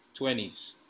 20s